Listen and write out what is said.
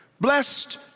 Blessed